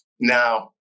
Now